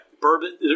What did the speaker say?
Bourbon